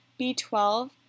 B12